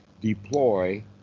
deploy